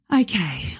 Okay